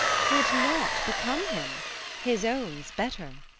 twould not become him his own's better.